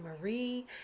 Marie